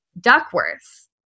Duckworth